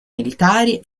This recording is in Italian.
militari